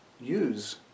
use